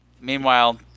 Meanwhile